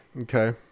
Okay